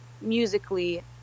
musically